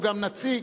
הוא גם נציג,